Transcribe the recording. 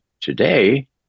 today